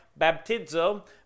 baptizo